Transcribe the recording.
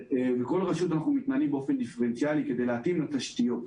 בכל רשות אנחנו מתנהלים באופן דיפרנציאלי כדי להתאים לתשתיות.